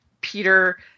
Peter